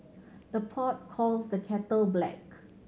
the pot calls the kettle black